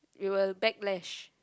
you'll backlash